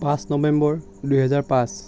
পাঁচ নৱেম্বৰ দুহেজাৰ পাঁচ